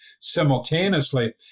simultaneously